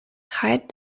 hide